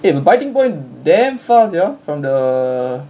eh biting point damn fast sia from the